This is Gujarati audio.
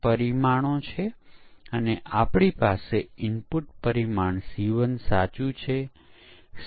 હવે આપણે આગળ જતાં પહેલા એક નાની ક્વિઝ પર ધ્યાન આપીએ